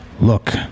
Look